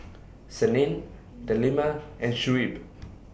Senin Delima and Shuib